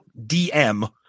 DM